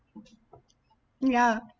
ya